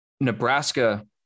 Nebraska